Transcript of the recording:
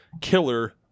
killer